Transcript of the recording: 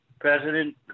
President